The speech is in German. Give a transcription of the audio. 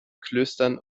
klöstern